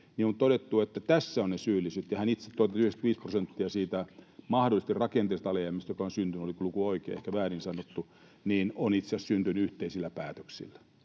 on todettu, että tässä ovat ne syylliset, ja hän itse totesi, että 95 prosenttia siitä mahdollisesti rakenteellisesta alijäämästä, joka on syntynyt — oliko luku oikein, ehkä väärin sanottu — on itse asiassa syntynyt yhteisillä päätöksillä.